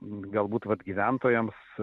galbūt vat gyventojams